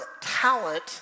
talent